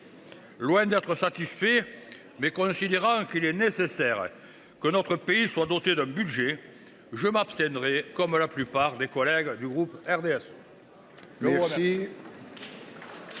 Loin d’être satisfait, mais considérant qu’il est nécessaire que notre pays soit doté d’un budget, je m’abstiendrai, comme la plupart de mes collègues du RDSE.